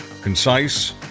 concise